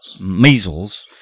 measles